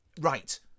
right